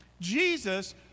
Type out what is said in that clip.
Jesus